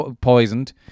poisoned